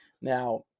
Now